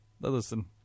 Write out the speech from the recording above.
Listen